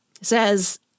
says